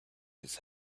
his